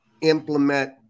implement